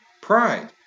Pride